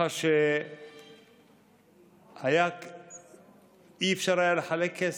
ככה שלא היה אפשר לחלק כסף.